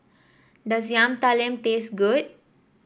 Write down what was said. does Yam Talam taste good